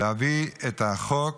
להביא את החוק